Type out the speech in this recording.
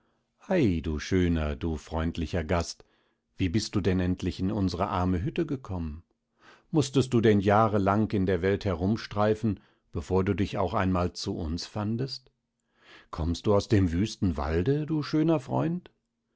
ei du schöner du freundlicher gast wie bist du denn endlich in unsre arme hütte gekommen mußtest du denn jahrelang in der welt herumstreifen bevor du dich auch einmal zu uns fandest kommst du aus dem wüsten walde du schöner freund